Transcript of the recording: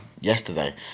yesterday